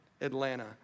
Atlanta